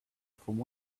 from